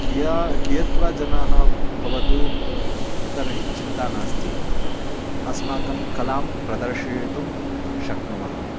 कियत् कियद्वा जनाः भवतु तर्हि चिन्ता नास्ति अस्माकं कलां प्रदर्षयितुं शक्नुमः